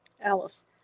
Alice